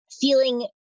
feeling